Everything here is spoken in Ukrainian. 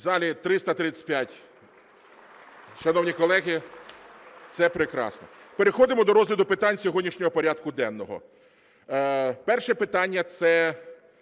залі є 335. Шановні колеги, це прекрасно. Переходимо до розгляду питань сьогоднішнього порядку денного. Перше питання – це